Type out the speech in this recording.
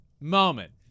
moment